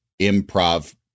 improv